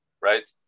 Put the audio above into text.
right